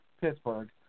pittsburgh